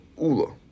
Ula